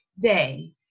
day